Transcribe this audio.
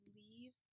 leave